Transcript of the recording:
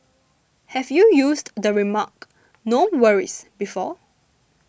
have you used the remark no worries before